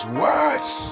words